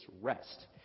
rest